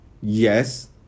Yes